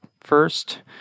first